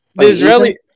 Israeli